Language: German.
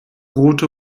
rote